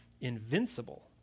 invincible